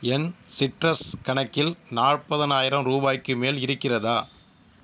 என் சிட்ரஸ் கணக்கில் நாற்பதனாயிரம் ரூபாய்க்கு மேல் இருக்கிறதா